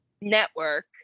Network